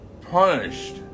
punished